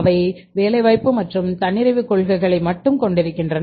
அதிக வேலைவாய்ப்பு மற்றும் தன்னிறைவு கொள்கைகளை மட்டும் கொண்டிருக்கின்ற